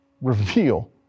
reveal